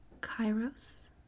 Kairos